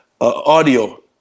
audio